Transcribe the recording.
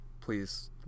please